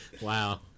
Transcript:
wow